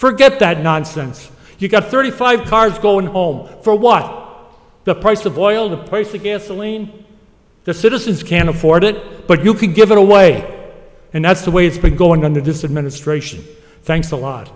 forget that nonsense you've got thirty five cards going home for a while the price of oil the place again saline the citizens can't afford it but you can give it away and that's the way it's been going under this administration thanks a lot